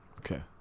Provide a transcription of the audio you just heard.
Okay